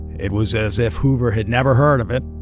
it was as if hoover had never heard of it,